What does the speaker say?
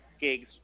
gigs